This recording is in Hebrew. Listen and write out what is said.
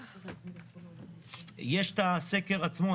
יש הסקר עצמו.